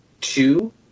two